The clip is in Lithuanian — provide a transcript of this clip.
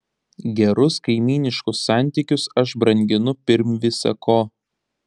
gerus kaimyniškus santykius aš branginu pirm visa ko